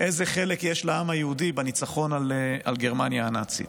איזה חלק יש לעם היהודי בניצחון על גרמניה הנאצית.